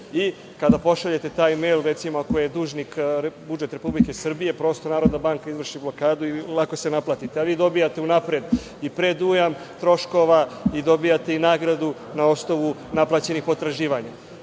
i kada pošaljete taj mejl, recimo, ako je dužnik budžet Republike Srbije, prosto Narodna banka izvrši blokadu i lako se naplati. Vi dobijate unapred i predujam troškova i dobijate i nagradu na osnovu naplaćenih potraživanja. Da